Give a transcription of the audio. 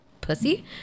pussy